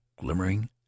glimmering